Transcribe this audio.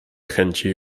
chęci